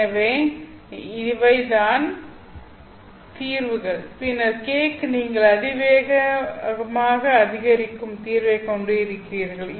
எனவே இவை தான் தீர்வுகள் பின்னர் k க்கு நீங்கள் அதிவேகமாக அதிகரிக்கும் தீர்வைக் கொண்டிருக்கிறீர்கள்